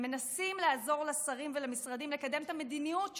הם מנסים לעזור לשרים ולמשרדים לקדם את המדיניות שלהם.